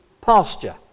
pasture